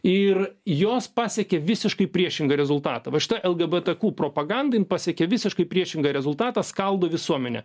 ir jos pasiekė visiškai priešingą rezultatą va šita lgbtq propaganda jin pasiekė visiškai priešingą rezultatą skaldo visuomenę